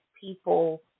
people